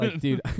dude